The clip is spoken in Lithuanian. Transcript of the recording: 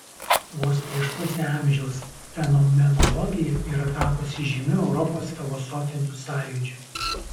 vos prieš pusę amžiaus fenomenologija yra tapusi žymiu europos filosofiniu sąjūdžiu